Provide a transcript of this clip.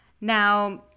Now